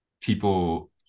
people